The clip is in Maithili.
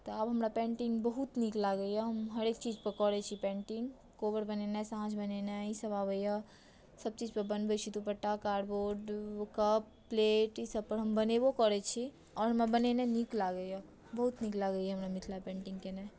तऽ पेन्टिंग आब बहुत नीक लागैया हम हरेक चीज पर करै छी पेन्टिंग कोबर बनेनाइ साँझ बनेनाइ ई सभ आबैया सभ चीज पर बनबै छी दुपट्टा कार्डबोर्ड कप प्लेट ई सभ पर हम बनेबो करै छी आओर हमरा बनेनाइ नीक लागैया बहुत नीक लागैया हमरा मिथिला पेन्टिंग केनाइ